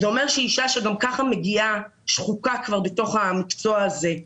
זה אומר שאישה שגם ככה מגיעה שחוקה בתוך המקצוע הזה,